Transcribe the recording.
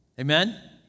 Amen